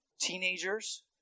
teenagers